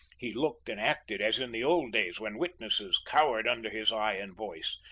he looked and acted as in the old days, when witnesses cowered under his eye and voice.